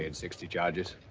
and sixty charges.